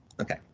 Okay